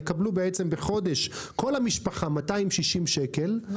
יקבלו בעצם בחודש 260 שקל כל